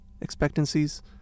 expectancies